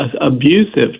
abusive